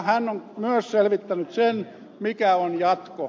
hän on myös selvittänyt sen mikä on jatko